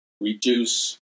reduce